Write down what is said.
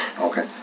Okay